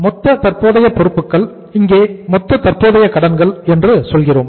மொத்த தற்போதைய பொறுப்புக்கள் இங்கே மொத்த தற்போதைய கடன்கள் என்று சொல்கிறோம்